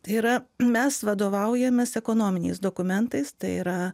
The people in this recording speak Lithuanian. tai yra mes vadovaujamės ekonominiais dokumentais tai yra